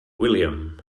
william